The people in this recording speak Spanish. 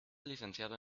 licenciado